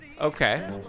Okay